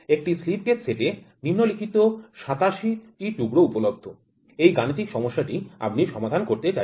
একটি slip gauge সেটে নিম্নলিখিত ৮৭ টি টুকরো উপলব্ধ এই গাণিতিক সমস্যা টি আপনি সমাধান করতে চাইছেন